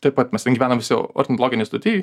taip pat mes ten gyvenam visi ornitologinėj stoty